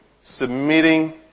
submitting